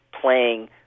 playing